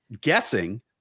guessing